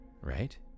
right